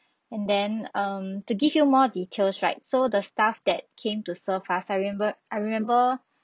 and then um to give you more details right so the staff that came to serve us I remember I remember